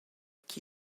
qui